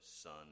Son